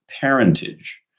parentage